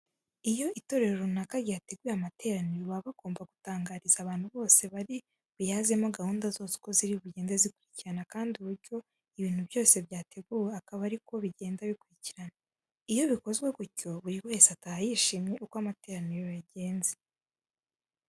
Iyo itorero runaka ryateguye amateraniro, baba bagomba gutangariza abantu bose bari buyazemo gahunda zose uko ziri bugende zikurikirana kandi uburyo ibintu byose byateguwe akaba ari ko bigenda bikurikirana. Iyo bikozwe gutyo buri wese ataha yishimiye uko amateraniro yagenze.